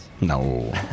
No